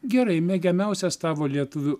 gerai mėgiamiausias tavo lietuvių